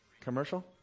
Commercial